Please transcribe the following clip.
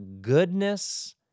goodness